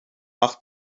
mach